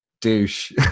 douche